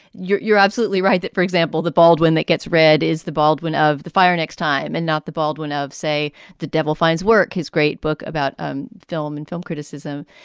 you're you're absolutely right that, for example, the baldwin that gets read is the baldwin of the fire next time and not the baldwin of say the devil finds work. his great book about um film and film criticism.